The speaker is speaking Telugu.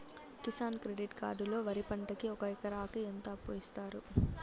కిసాన్ క్రెడిట్ కార్డు లో వరి పంటకి ఒక ఎకరాకి ఎంత అప్పు ఇస్తారు?